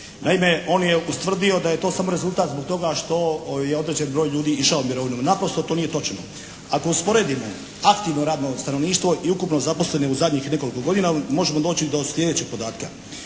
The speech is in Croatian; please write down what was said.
Naime on je ustvrdio da je to samo rezultat zbog toga što je određen broj ljudi išao u mirovinu. Naprosto to nije točno. Ako usporedimo aktivno radno stanovništvo i ukupno zaposlene u zadnjih nekoliko godina možemo doći do sljedećeg podatka.